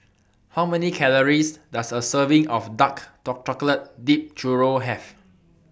How Many Calories Does A Serving of Dark Chocolate Dipped Churro Have